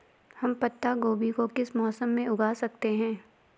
हम पत्ता गोभी को किस मौसम में उगा सकते हैं?